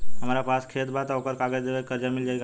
हमरा पास खेत बा त ओकर कागज दे के कर्जा मिल जाई?